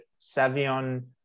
Savion